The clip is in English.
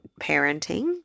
parenting